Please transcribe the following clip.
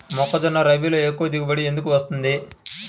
మొక్కజొన్న రబీలో ఎక్కువ దిగుబడి ఎందుకు వస్తుంది?